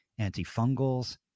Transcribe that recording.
antifungals